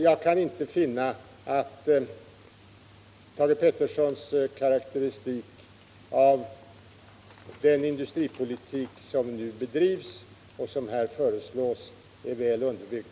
Jag kan inte finna att Thage Petersons karakteristik av den industripolitik som nu bedrivs och som här föreslås är väl underbyggd.